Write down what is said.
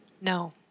No